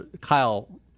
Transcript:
Kyle